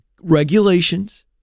regulations